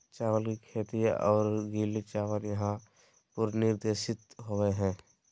चावल के खेत और गीले चावल यहां पुनर्निर्देशित होबैय हइ